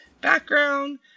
background